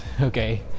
Okay